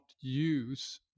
use